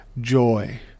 joy